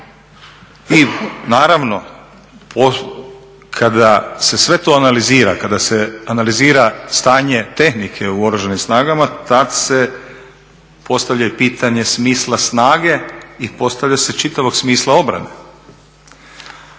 I naravno kada se sve to analizira, kada se analizira stanje tehnike u Oružanim snagama tada se postavlja i pitanje smisla snage i postavlja se čitavog smisla obrane.